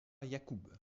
yacoub